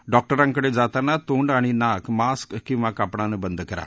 डॉक्टरांकडे जाताना तोंड आणि नाक मास्क किवा कापडानं बंद करा